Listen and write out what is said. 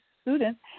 students